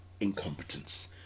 incompetence